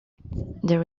there